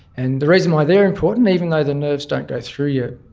and the reason why they are important, even though the nerves don't go through your,